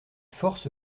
force